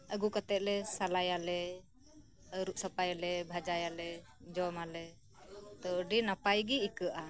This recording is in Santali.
ᱟᱜᱩ ᱠᱟᱛᱮᱜ ᱞᱮ ᱥᱟᱞᱟᱭᱟᱞᱮ ᱟᱨᱩᱵ ᱥᱟᱯᱟᱭᱟᱞᱮ ᱵᱷᱟᱡᱟᱭᱟᱞᱮ ᱡᱚᱢᱟᱞᱮ ᱛᱚ ᱟᱰᱤ ᱱᱟᱯᱟᱭ ᱜᱮ ᱤᱠᱟᱹᱜᱼᱟ